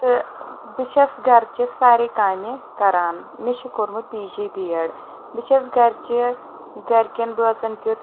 تہٕ بہٕ چھس گرٕچہِ سارے کامہِ کران مےٚ چھُ کوٚرمُت پی جی بی اٮ۪ڈ بہٕ چھس گرِچہِ گرِکٮ۪ن بٲژن کیُت